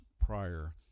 prior